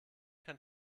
kein